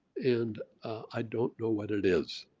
and i don't know what it is.